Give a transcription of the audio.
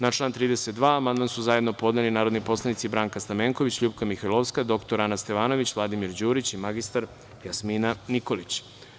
Na član 32. amandman su zajedno podneli narodni poslanici Branka Stamenković, LJupka Mihajlovska, dr Ana Stevanović, Vladimir Đurić i mr Jasmina Nikolić.